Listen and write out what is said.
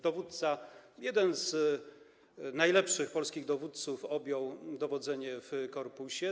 Dowódca, jeden z najlepszych polskich dowódców, objął dowodzenie w korpusie.